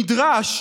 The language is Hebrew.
נדרש,